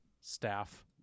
staff